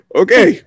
okay